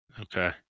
Okay